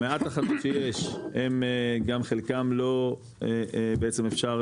המעט תחנות שיש הם גם חלקם לא בעצם אפשר